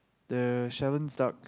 they seldom stop